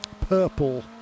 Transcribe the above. purple